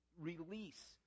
release